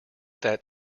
that